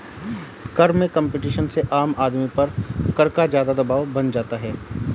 कर में कम्पटीशन से आम आदमी पर कर का ज़्यादा दवाब बन जाता है